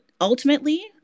ultimately